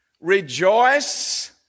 Rejoice